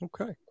Okay